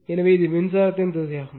எனவே இது மின்சாரத்தின் திசையாகும்